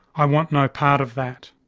i want no part of that.